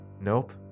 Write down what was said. Nope